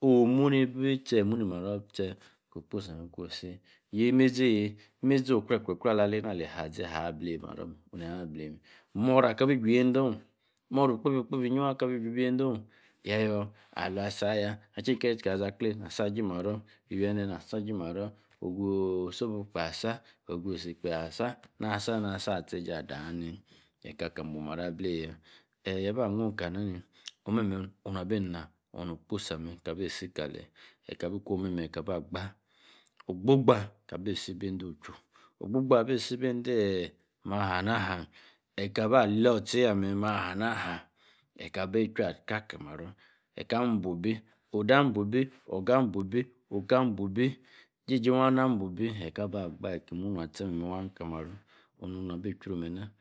oh mu-ni-bi tiêh muni maro tieh ko. okposí ame kuní sí. yeeh. ní. emesí ocre-cre-cree. alíye aȝee. niah aba blenyi maro. morah kabi juu. endow. moral okpebí-kpebí eyie wah kabí si endow. yah-yor aluwa. isi ayah. ali-che-che. kali-ali-zakleh. asa. aji maro. īwineh nah. asa aji maro. osobu kpeh asa ogusi kpeh asa. amah. asa. asa. atie-jey ade ayani. eka-ka buw maro. ableyí yaa. eyíee. yaba. nukaní. kun memen. na-abi nah. no-okposi mme tah bí sí kaleh. eka bi kwom meme eta ba gbah oh-gbo-gbah abí sí bi nede-uchu oh-gbo-gbah abi si bendeh eeh. ma-ha-na-hah eka. ba alor-osta. yī mah-ha na hah. eka bea-chu aka. kali-maro. ebí. oko. abuaw ebí ígej́i-wah abuaw ebí. eka aba bah. ekí munor atíeh kalí-maro meme onu-nua-bí trooh menah-